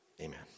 Amen